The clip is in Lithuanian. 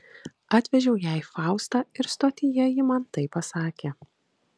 atvežiau jai faustą ir stotyje ji man tai pasakė